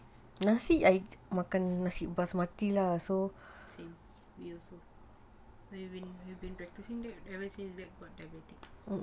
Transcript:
same we also we have been practicing that ever since then